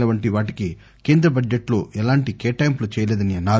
ల వంటి వాటికి కేంద్ర బడ్టెట్ లో ఎలాంటి కేటాయింపులు చేయలేదన్నారు